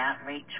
outreach